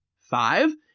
five